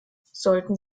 sollten